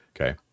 Okay